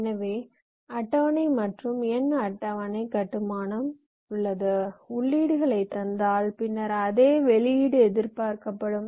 எனவே அட்டவணை மற்றும் n அட்டவணை கட்டுமானம் உள்ளது உள்ளீடுகளை தந்தால் பின்னர் அதே வெளியீடு எதிர்பார்க்கப்படும்